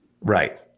Right